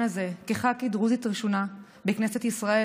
הזה כח"כית דרוזית ראשונה בכנסת ישראל,